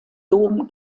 dom